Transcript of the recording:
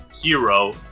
hero